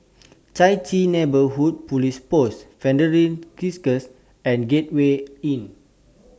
Chai Chee Neighbourhood Police Post Fidelio Circus and Gateway Inn